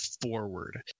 forward